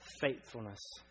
faithfulness